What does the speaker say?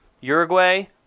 Uruguay